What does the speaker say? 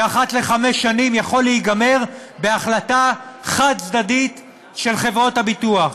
שאחת לחמש שנים יכול להיגמר בהחלטה חד-צדדית של חברות הביטוח.